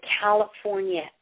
California